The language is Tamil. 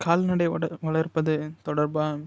கால்நடை வடர் வளர்ப்பது தொடர்பாக